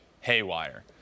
haywire